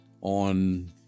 on